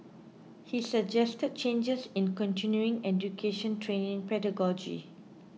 he suggested changes in continuing education training pedagogy